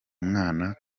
mwana